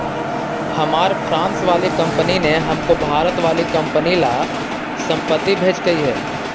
हमार फ्रांस वाली कंपनी ने हमको भारत वाली कंपनी ला संपत्ति भेजकई हे